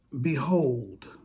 Behold